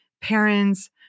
parents